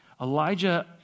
Elijah